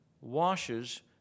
washes